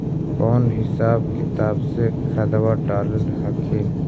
कौन हिसाब किताब से खदबा डाल हखिन?